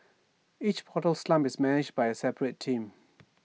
each portal sump is managed by A separate team